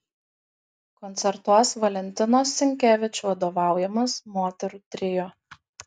koncertuos valentinos sinkevič vadovaujamas moterų trio